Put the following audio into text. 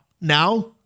Now